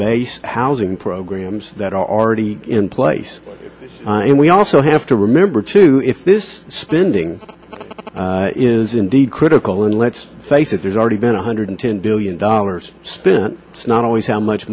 base housing programs that are already in place and we also have to remember to do if this spending is indeed critical and let's face it there's already been one hundred ten billion dollars spent it's not always how much